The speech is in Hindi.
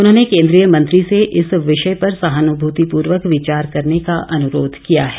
उन्होंने केन्द्रीय मंत्री से इस विषय पर सहानुभूतिपूर्वक विचार करने का अनुरोध किया है